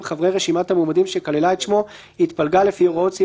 "(4)ההשתייכות הסיעתית של חבר הכנסת שהחל לכהן אחרי התפלגות סיעה לפי סעיף